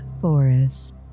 Forest